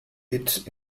its